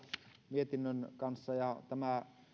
mietinnön kanssa ja tämä